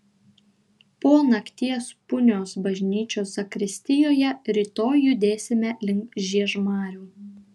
po nakties punios bažnyčios zakristijoje rytoj judėsime link žiežmarių